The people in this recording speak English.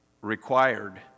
required